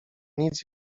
nic